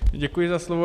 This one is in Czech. Děkuji za slovo.